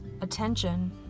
attention